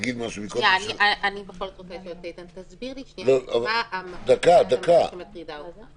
אני רוצה לשאול את איתן: תסביר לי מה המהות שמטרידה אותך.